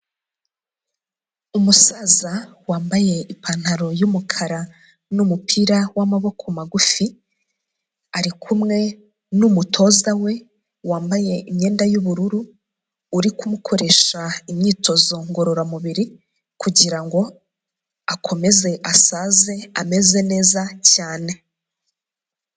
Umusaza wambaye ipantaro y'umukara n'umupira wamaboko magufi, arikumwe n'umutoza we wambaye imyenda y'ubururu uri kumukoresha imyitozo ngororamubiri kugirango akomeze asaze ameze neza cyane.